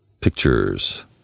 pictures